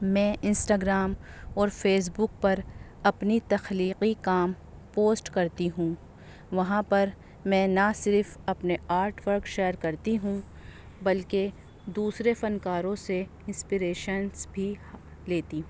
میں انسٹاگرام اور Facebook پر اپنی تخلیقی کام پوسٹ کرتی ہوں وہاں پر میں نہ صرف اپنے آرٹ ورک شیئر کرتی ہوں بلکہ دوسرے فنکاروں سے انسپریشنس بھی لیتی ہوں